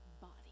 body